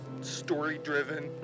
story-driven